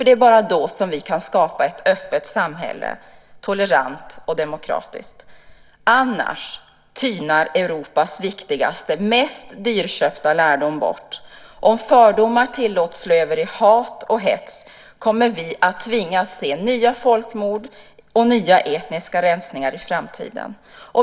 Det är bara då som vi kan skapa ett öppet samhälle, tolerant och demokratiskt. Annars tynar Europas viktigaste, mest dyrköpta lärdom bort. Om fördomar tillåts slå över i hat och hets kommer vi att tvingas se nya folkmord och nya etniska rensningar i framtiden.